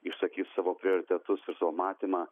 išsakys savo prioritetus ir savo matymą